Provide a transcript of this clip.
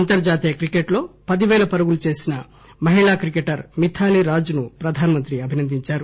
అంతర్జాతీయ క్రికెట్లో పది పేల పరుగులు చేసిన మహిళా క్రికెటర్ మిథాలీ రాజ్ ను ప్రధానమంత్రి అభినందించారు